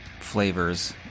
Flavors